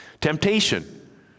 Temptation